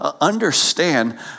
understand